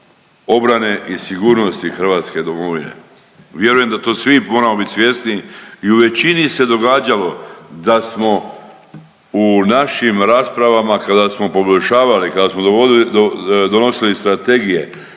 obrane i sigurnosti hrvatske domovine. Vjerujem da to svi moramo bit svjesni i u većini se događalo da smo u našim raspravama, kada smo poboljšavali, kad smo donosili strategije,